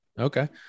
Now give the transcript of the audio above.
Okay